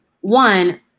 one